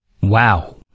Wow